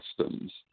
customs